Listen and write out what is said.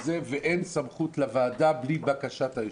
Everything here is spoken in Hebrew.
ואין סמכות לוועדה בלי בקשת היושב-ראש.